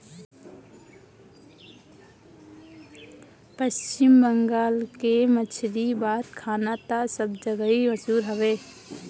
पश्चिम बंगाल के मछरी बात खाना तअ सब जगही मसहूर हवे